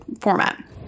format